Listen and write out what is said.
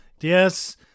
Yes